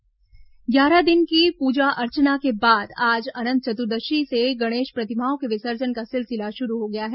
गणेश विसर्जन ग्यारह दिन की पूजा अर्चना के बाद आज अनंत चतुर्दशी से गणेश प्रतिमाओं के विसर्जन का सिलसिला शुरू हो गया है